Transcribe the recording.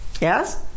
Yes